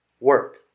work